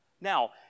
Now